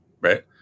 Right